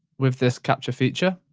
with this capture feature